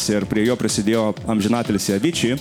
ir prie jo prisidėjo amžinatilsį avicii